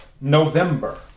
November